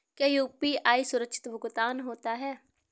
क्या यू.पी.आई सुरक्षित भुगतान होता है?